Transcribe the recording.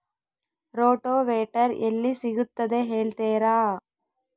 Rotavator ಎಲ್ಲಿ ಸಿಗುತ್ತದೆ ಹೇಳ್ತೇರಾ?